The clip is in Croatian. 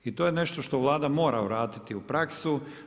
I to je nešto što Vlada mora vratiti u praksu.